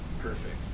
perfect